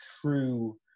true